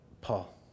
Paul